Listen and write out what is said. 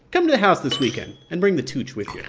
come to the house this weekend, and bring the tooch with you